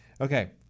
okay